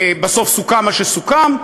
בסוף סוכם מה שסוכם,